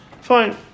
Fine